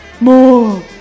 More